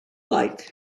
like